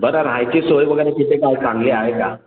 बरं रहायची सोय वगैरे तिथे काय चांगली आहे का